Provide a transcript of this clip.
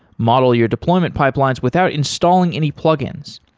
model your deployment pipelines without installing any plugins.